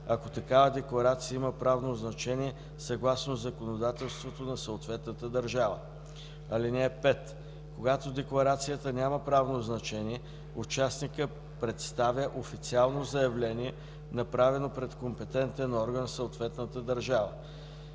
ако такава декларация има правно значение съгласно законодателството на съответната държава. (5) Когато декларацията няма правно значение, участникът представя официално заявление, направено пред компетентен орган в съответната държава.